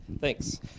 thanks